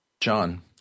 John